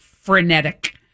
frenetic